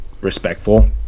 respectful